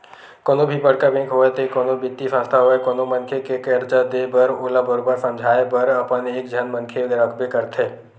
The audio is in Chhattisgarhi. कोनो भी बड़का बेंक होवय ते कोनो बित्तीय संस्था होवय कोनो मनखे के करजा देय बर ओला बरोबर समझाए बर अपन एक झन मनखे रखबे करथे